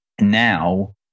now